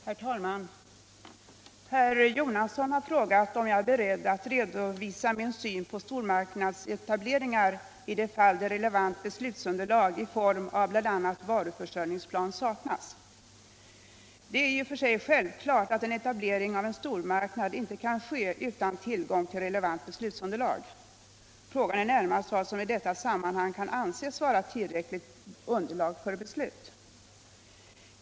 Herr talman! Herr Jonasson har frågat om jag är beredd att redovisa min syn på stormarknadsetableringar i de fall där relevant beslutsunderlag i form av bl.a. varuförsörjningsplan saknas. Det är i och för sig självklart att en etablering av en stormarknad inte kan ske utan tillgång till relevant beslutsunderlag. Frågan är närmast vad som i detta sammanhang skall anses vara tillräckligt underlag för beslut.